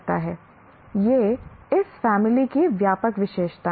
ये इस फैमिली की व्यापक विशेषताएं हैं